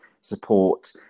support